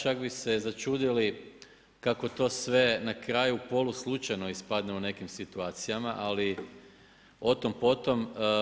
Čak bi se začudili kako to sve na kraju poluslučajno ispadne u nekim situacijama, ali o tom potom.